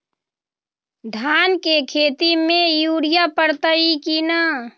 धान के खेती में यूरिया परतइ कि न?